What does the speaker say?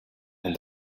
and